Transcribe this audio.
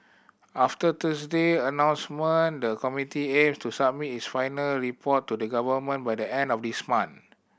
after Thursday announcement the committee aim to submit its final report to the Government by the end of this month